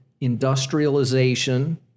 industrialization